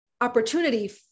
opportunity